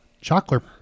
chocolate